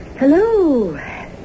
Hello